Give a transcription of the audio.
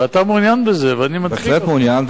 ואתה מעוניין בזה, ואני, בהחלט מעוניין.